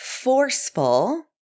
forceful